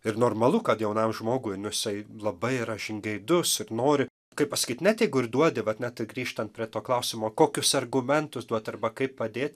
ir normalu kad jaunam žmogui nu jisai labai yra žingeidus ir nori kaip pasakyt net jeigu ir duodi vat net grįžtant prie to klausimo kokius argumentus duot arba kaip padėt